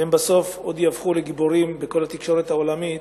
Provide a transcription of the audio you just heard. והם בסוף עוד יהפכו לגיבורים בכל התקשורת העולמית,